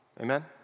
Amen